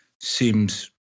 seems